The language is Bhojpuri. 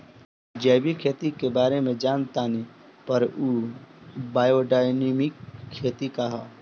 जैविक खेती के बारे जान तानी पर उ बायोडायनमिक खेती का ह?